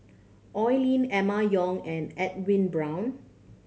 Oi Lin Emma Yong and Edwin Brown